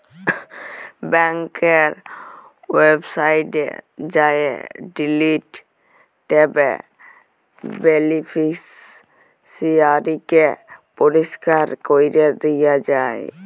ব্যাংকের ওয়েবসাইটে যাঁয়ে ডিলিট ট্যাবে বেলিফিসিয়ারিকে পরিষ্কার ক্যরে দিয়া যায়